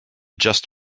just